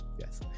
yes